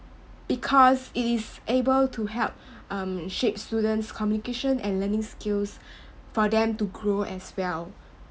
because it is able to help um shapes students communication and learning skills for them to grow as well